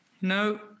no